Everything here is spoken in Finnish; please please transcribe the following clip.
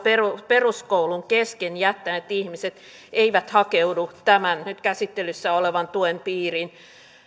peruskoulun kesken jättäneet ihmiset eivät hakeudu tämän nyt käsittelyssä olevan tuen piiriin